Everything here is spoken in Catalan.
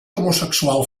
homosexual